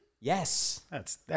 Yes